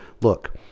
Look